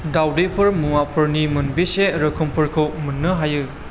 दावदैफोर मुवाफोरनि मोनबेसे रोखोमफोरखौ मोन्नो हायो